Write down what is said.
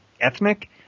ethnic